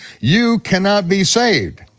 you cannot be saved.